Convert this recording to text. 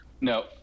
no